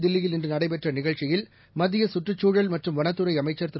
தில்லியில் இன்றுநடைபெற்றநிகழ்ச்சியில் மத்தியசுற்றுச் சூழல் மற்றும் வனத்துறைஅமைச்சர் திரு